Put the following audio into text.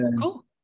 Cool